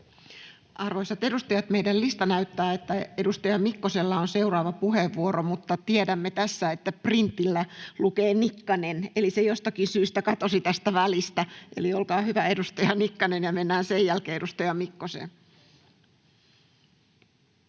Arvoisat edustajat, meidän listamme näyttää, että edustaja Mikkosella on seuraava puheenvuoro, mutta tiedämme tässä, että printillä lukee Nikkanen, eli se jostakin syystä katosi tästä välistä. — Eli olkaa hyvä, edustaja Nikkanen, ja mennään sen jälkeen edustaja Mikkoseen.